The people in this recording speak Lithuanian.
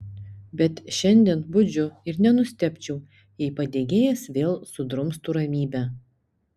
bet šiandien budžiu ir nenustebčiau jei padegėjas vėl sudrumstų ramybę